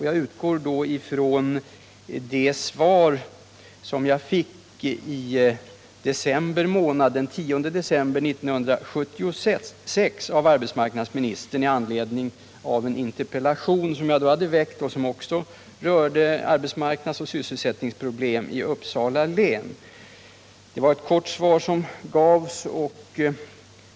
Jag utgår därvid från det svar som jag fick av arbetsmarknadsministern den 10 december 1976 i anledning av en interpellation som jag då hade framställt och som rörde arbetsmarknadsoch sysselsättningsproblem i Uppsala län. Det var ett kortfattat svar som gavs.